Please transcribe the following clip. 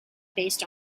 based